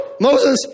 Moses